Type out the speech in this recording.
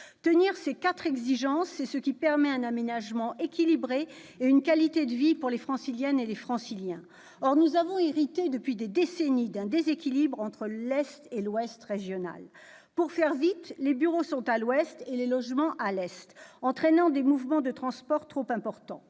Tenir ces quatre exigences, c'est permettre un aménagement équilibré et une meilleure qualité de vie pour les Franciliennes et les Franciliens. Or nous avons hérité, depuis des décennies, d'un déséquilibre entre l'est et l'ouest régional. Pour faire vite, les bureaux sont à l'ouest et les logements à l'est, ce qui entraîne des mouvements de transports trop importants.